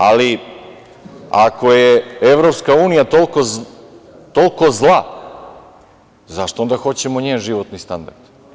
Ali, ako je EU toliko zla, zašto onda hoćemo njen životni standard?